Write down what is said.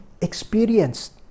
experienced